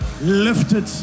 lifted